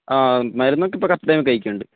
ആ മരുന്നൊക്കെ ഇപ്പോൾ കറക്റ്റ് ടൈമിൽ കഴിക്കുന്നുണ്ട്